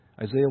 Isaiah